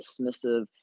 dismissive